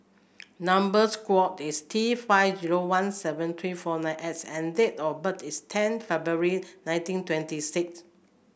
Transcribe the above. number square is T five zero one seven three four nine X and date of birth is ten February nineteen twenty six